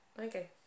okay